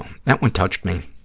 that one touched me.